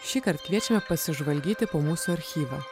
šįkart kviečiame pasižvalgyti po mūsų archyvą